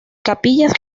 capillas